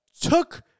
took